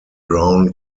brown